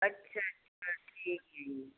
ਅੱਛਾ